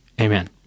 Amen